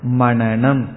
Mananam